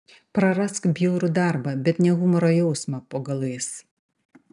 prarask bjaurų darbą bet ne humoro jausmą po galais